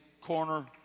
corner